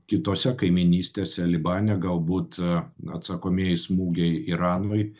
kitose kaimynystėse libane galbūt atsakomieji smūgiai iranui